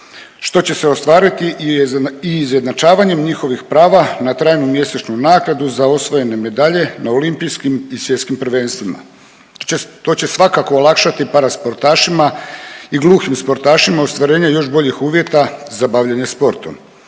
što će se ostvariti i izjednačavanjem njihovih prava na trajnu mjesečnu naknadu za osvojene medalje na olimpijskim i svjetskim prvenstvima. To će svakako olakšati parasportašima i gluhim sportašima ostvarenje još boljih uvjeta za bavljenje sportom.